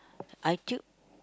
iTube